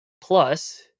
Plus